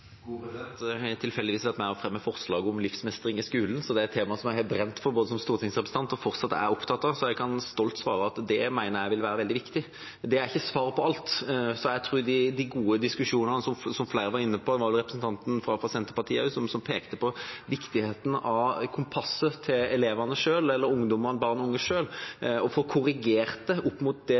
Jeg har tilfeldigvis vært med og fremmet forslag om livsmestring i skolen, så det er et tema jeg har brent for som stortingsrepresentant, og som jeg fortsatt er opptatt av, så jeg kan stolt svare at det mener jeg vil være veldig viktig. Men det er ikke svaret på alt, så jeg tror på de gode diskusjonene, som flere var inne på. Jeg tror det var representanten fra Senterpartiet som pekte på viktigheten av barn og ungdoms eget kompass – å få korrigert det opp mot den virkeligheten som skapes, som bare er feil. Det